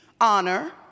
honor